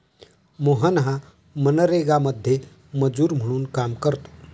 मोहन हा मनरेगामध्ये मजूर म्हणून काम करतो